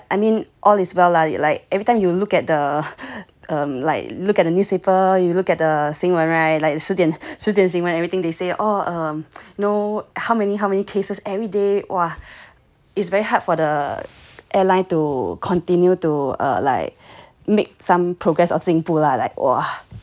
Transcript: but I mean all is well ah like every time you will look at the 新闻 look at the newspaper you look at the 新闻 right like the 十点新闻 everything they say oh know how many how many cases every day !wah! it's very hard for the airline to continue to like err make some progress or 进步 lah like !wah! it's crazy